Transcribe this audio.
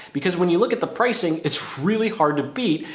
because when you look at the pricing, it's really hard to beat,